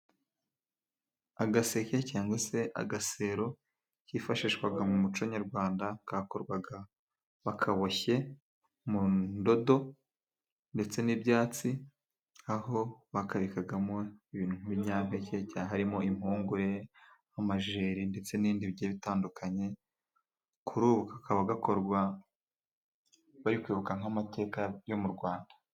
Agaseke cyangwa se agasero kifashishwaga mu muco nyarwanda kakorwaga bakaboshye mu ndodo ndetse n'ibyatsi aho bakarikagamo ibintu by'ibinyampeke harimo: impungure, amajeri ndetse n'ibindi bigiye bitandukanye. Kuri ubu kaba gakorwa bari kwibuka nk'amateka yo mu Rwanda.